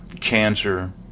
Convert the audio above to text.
Cancer